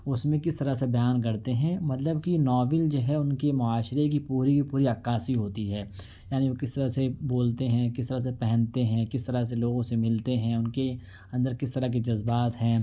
اس میں کس طرح سے بیان کرتے ہیں مطلب کہ ناول جو ہے ان کے معاشرے کی پوری پوری عکاسی ہوتی ہے یعنی وہ کس طرح سے بولتے ہیں کس طرح سے پہنتے ہیں کس طرح سے لوگوں سے ملتے ہیں ان کے اندر کس طرح کی جذبات ہیں